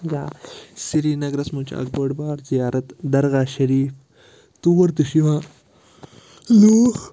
یا سرینگرَس منٛز چھِ اَکھ بٔڑ بارٕ زِیارت درگاہ شریٖف تور تہِ چھِ یِوان لوٗکھ